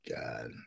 God